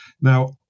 Now